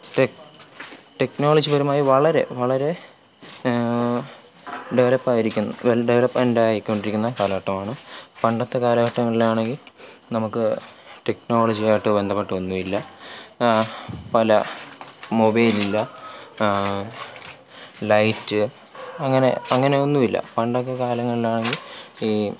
ടെക്നോളജിപരമായി വളരെ വളരെ ഡെവലപ്പായിരിക്കുന്നു വെൽ ഡെവലപ്മെൻ്റായിക്കൊണ്ടിരിക്കുന്ന കാലഘട്ടമാണ് പണ്ടത്തെ കാലഘട്ടങ്ങളിലാണെങ്കിൽ നമുക്ക് ടെക്നോളജിയായിട്ട് ബന്ധപ്പെട്ട് ഒന്നുമില്ല പല മൊബൈലില്ല ലൈറ്റ് അങ്ങനെ അങ്ങനെയൊന്നുമില്ല പണ്ടത്തെ കാലങ്ങളിലാണെങ്കിൽ ഈ